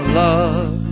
love